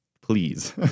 please